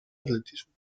atletismo